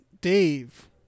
Dave